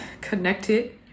connected